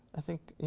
i think,